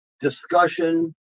discussion